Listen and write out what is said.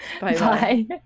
Bye